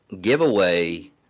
giveaway